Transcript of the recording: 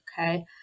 okay